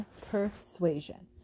Persuasion